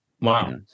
Wow